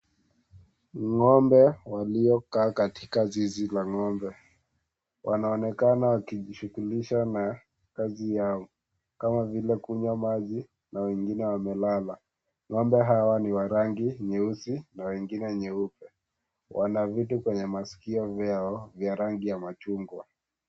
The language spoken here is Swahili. Ng'ombe waliokaa katika zizi la ng'ombe. Wanaonekana wakijishughulisha na kazi yao, kama vile kunywa maji na wengine wamelala. Ng'ombe hawa ni wa rangi nyeusi na wengine nyeupe. Wana vitu kwenye masikio vyao, vya rangi ya machungwa.